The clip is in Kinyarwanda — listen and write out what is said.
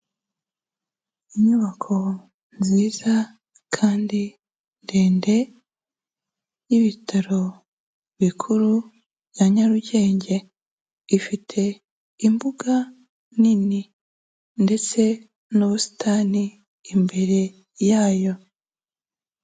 Inyubako nziza kandi ndende y'ibitaro bikuru bya Nyarugenge, ifite imbuga nini ndetse n'ubusitani imbere yayo.